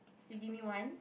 they give me one